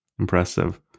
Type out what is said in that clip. Impressive